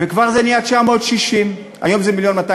וכבר זה נהיה 960,000, היום זה 1.25 מיליון.